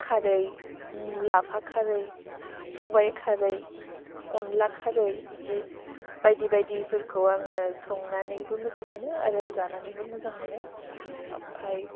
खारै लाफा खारै सबाइ खारै अनला खारै बिदि बायदि बायदिफोरखौ आङो संनानैबो मोजां मोनो आरो जानानैबो मोजां मोनो ओमफ्राय